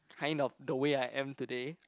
kind of the way I am today